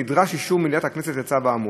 נדרש אישור מליאת הכנסת לצו האמור.